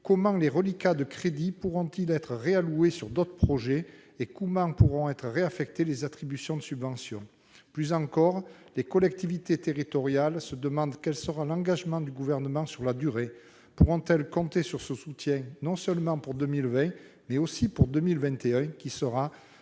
comment les reliquats de crédits pourront-ils être réalloués à d'autres projets et comment pourront être réaffectées les attributions de subventions ? Plus encore, les collectivités territoriales se demandent quel sera l'engagement du Gouvernement sur la durée. Pourront-elles compter sur ce soutien non seulement pour 2020, mais aussi pour 2021, année qui sera,